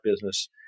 business